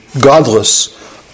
godless